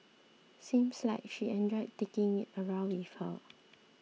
seems like she enjoyed taking it around with her